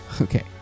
okay